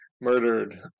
murdered